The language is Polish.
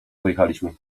pojechaliśmy